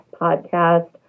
podcast